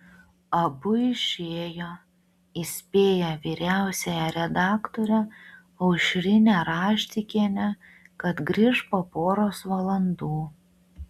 abu išėjo įspėję vyriausiąją redaktorę aušrinę raštikienę kad grįš po poros valandų